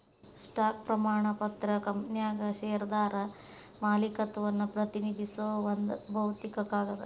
stock ಪ್ರಮಾಣ ಪತ್ರ ಕಂಪನ್ಯಾಗ ಷೇರ್ದಾರ ಮಾಲೇಕತ್ವವನ್ನ ಪ್ರತಿನಿಧಿಸೋ ಒಂದ್ ಭೌತಿಕ ಕಾಗದ